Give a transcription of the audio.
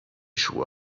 schuhe